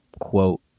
quote